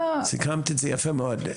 סיכמת את זה יפה מאוד.